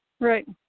Right